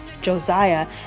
Josiah